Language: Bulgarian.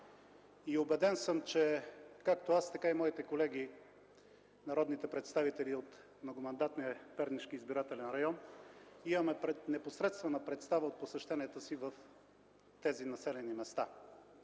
убеден, че както аз, така и моите колеги – народните представители от многомандатния Пернишки избирателен район, имаме непосредствена представа от посещенията си в тези населени места.